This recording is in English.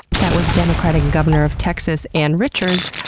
that was democratic governor of texas, ann richards,